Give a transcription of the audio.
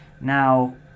now